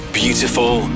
beautiful